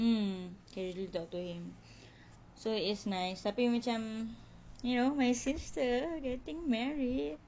mm casually talk to him so it's nice tapi macam you know my sister getting married